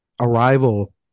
Arrival